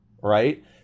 right